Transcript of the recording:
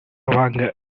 வாங்க